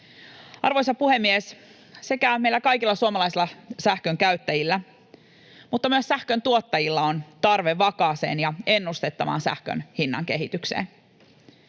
Arvoisa puhemies! Sekä meillä kaikilla suomalaisilla sähkön käyttäjillä että myös sähköntuottajilla on tarve vakaaseen ja ennustettavaan sähkön hinnan kehitykseen.